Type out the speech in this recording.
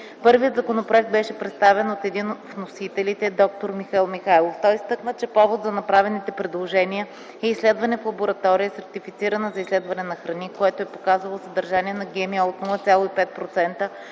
Първият законопроект беше представен от един от вносителите – д-р Михаил Михайлов. Той изтъкна, че повод за направените предложения е изследване в лаборатория, сертифицирана за изследване на храни, което е показало съдържание на ГМО от 0,5%